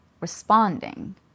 responding